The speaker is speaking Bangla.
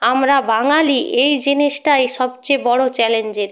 আমরা বাঙালি এই জিনিসটাই সবচেয়ে বড়ো চ্যালেঞ্জের